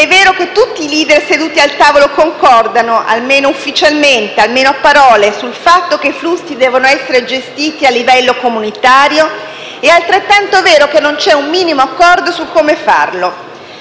è vero che tutti i *leader* seduti al tavolo concordano, almeno ufficialmente, almeno a parole, sul fatto che i flussi devono essere gestiti a livello comunitario, è altrettanto vero che non c'è un minimo accordo su come farlo.